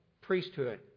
priesthood